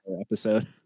episode